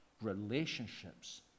relationships